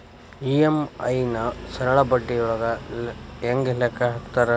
EMI ನ ಸರಳ ಬಡ್ಡಿಯೊಳಗ ಹೆಂಗ ಲೆಕ್ಕ ಹಾಕತಾರಾ